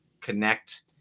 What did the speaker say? connect